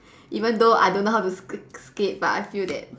even though I don't know how to sk~ skate but I feel that